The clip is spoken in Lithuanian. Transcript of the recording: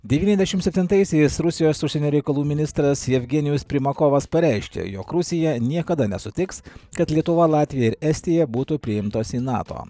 devyniasdešimt septintaisiais rusijos užsienio reikalų ministras jevgenijus primakovas pareiškė jog rusija niekada nesutiks kad lietuva latvija ir estija būtų priimtos į nato